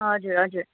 हजुर हजुर